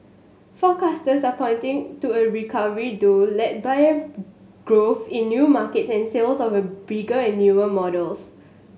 forecasters are pointing to a recovery though led by growth in new markets and sales of bigger and newer models